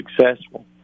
successful